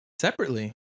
separately